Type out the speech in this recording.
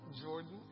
Jordan